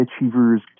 achievers